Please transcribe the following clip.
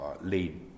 lead